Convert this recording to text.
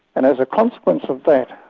and as a consequence of that,